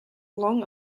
long